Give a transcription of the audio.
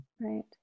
right